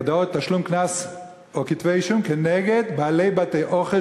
הודעות קנס או כתבי-אישום כנגד בעלי בתי-אוכל